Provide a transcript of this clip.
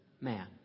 man